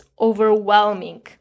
overwhelming